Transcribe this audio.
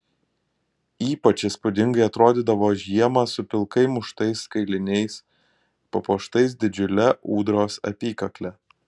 ypač įspūdingai atrodydavo žiemą su pilkai muštais kailiniais papuoštais didžiule ūdros apykakle